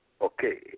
okay